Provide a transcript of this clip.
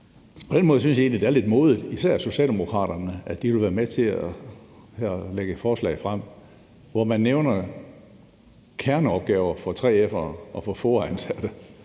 På den måde synes jeg egentlig det er lidt modigt af især Socialdemokraterne, at de vil være med til at lægge et forslag frem, hvor man i den forbindelse nævner kerneopgaver for 3F'ere og for FOA-ansatte.